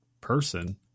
person